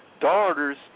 daughters